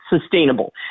sustainable